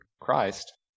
Christ